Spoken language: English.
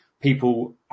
people